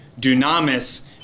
dunamis